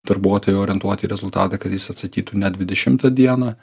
darbuotoją orientuot į rezultatą kad jis atsakytų ne dvidešimtą dieną